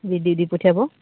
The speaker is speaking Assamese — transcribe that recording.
দি দি দি পঠিয়াব